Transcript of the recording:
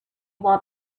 while